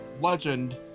legend